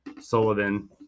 Sullivan